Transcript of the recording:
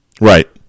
Right